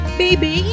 baby